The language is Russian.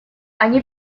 они